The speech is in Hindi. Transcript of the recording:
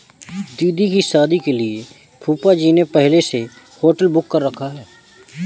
दीदी की शादी के लिए फूफाजी ने पहले से होटल बुक कर रखा है